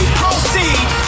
proceed